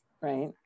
right